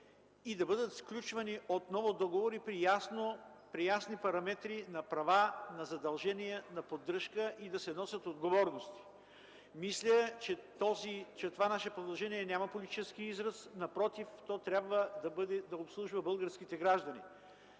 да бъдат сключвани договори при ясни параметри на права, задължения и поддръжка и да се носят отговорности. Мисля, че това наше предложение няма политически изрази. Напротив, то трябва да обслужва българските граждани.